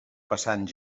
passant